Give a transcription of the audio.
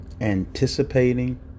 anticipating